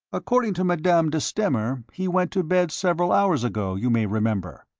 according to madame de stamer he went to bed several hours ago, you may remember.